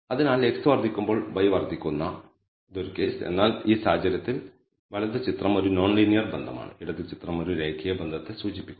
അതിനാൽ x വർദ്ധിക്കുമ്പോൾ y വർദ്ധിക്കുന്ന ഇത് ഒരു കേസ് എന്നാൽ ഈ സാഹചര്യത്തിൽ വലത് ചിത്രം ഒരു നോൺ ലീനിയർ ബന്ധമാണ് ഇടത് ചിത്രം ഒരു രേഖീയ ബന്ധത്തെ സൂചിപ്പിക്കുന്നു